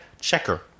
checker